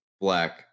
black